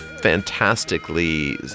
fantastically